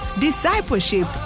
discipleship